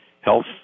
health